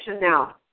now